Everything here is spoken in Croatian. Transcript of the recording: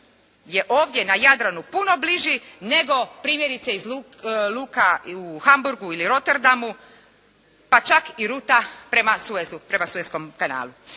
je ovdje na Jadranu puno bliži nego primjerice iz luka u Hamburgu ili Roterdamu pa čak i ruta prema Sueskom kanalu.